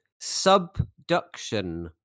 Subduction